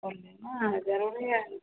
हमको लेना है ज़रूरी है